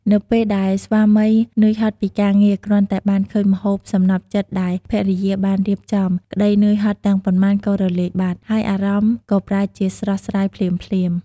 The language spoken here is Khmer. នៅពេលដែលស្វាមីនឿយហត់ពីការងារ គ្រាន់តែបានឃើញម្ហូបសំណព្វចិត្តដែលភរិយាបានរៀបចំ ក្តីនឿយហត់ទាំងប៉ុន្មានក៏រលាយបាត់ ហើយអារម្មណ៍ក៏ប្រែជាស្រស់ស្រាយភ្លាមៗ។